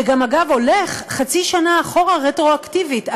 זה גם, אגב, הולך חצי שנה אחורה, רטרואקטיבית.